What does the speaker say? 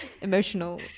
emotional